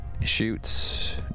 Shoots